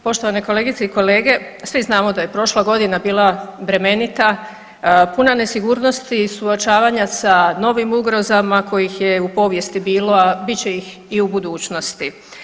Poštovane kolegice i kolege, svi znamo da je prošla godina bila bremenita, puna nesigurnosti i suočavanja sa novim ugrozama kojih je u povijesti bilo, a bit će ih i u budućnosti.